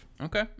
Okay